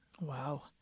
Wow